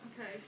Okay